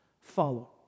follow